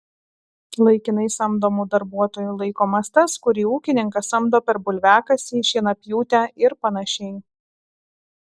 laikinai samdomu darbuotoju laikomas tas kurį ūkininkas samdo per bulviakasį šienapjūtę ir panašiai